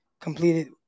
completed –